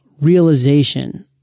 realization